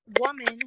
woman